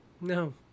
No